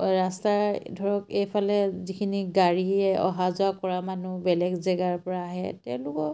ৰাস্তাই ধৰক এইফালে যিখিনি গাড়ীয়ে অহা যোৱা কৰা মানুহ বেলেগ জেগাৰপৰা আহে তেওঁলোকৰ